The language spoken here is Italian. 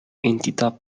entità